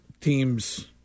teams